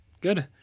Good